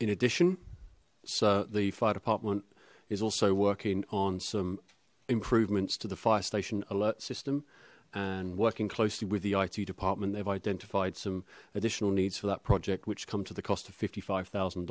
in addition so the fire department is also working on some improvements to the fire station alert system and working closely with the it department they've identified some additional needs for that project which come to the cost of fifty five thousand